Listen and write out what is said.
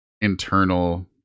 internal